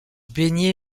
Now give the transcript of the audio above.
baigné